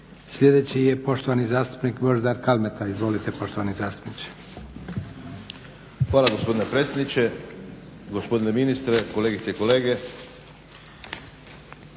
Sljedeći je poštovani zastupnik Božidar Kalmeta. Izvolite poštovani zastupniče. **Kalmeta, Božidar (HDZ)** Hvala gospodine predsjedniče. Gospodine ministre, kolegice i kolege.